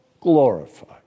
glorified